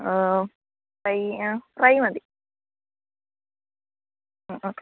ഓ ഫ്രൈയ്യാ ഫ്രൈ മതി ഓക്കെ